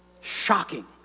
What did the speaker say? shocking